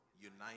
unite